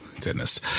goodness